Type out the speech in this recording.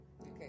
Okay